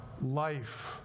life